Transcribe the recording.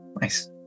nice